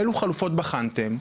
אילו חלופות בחנתם,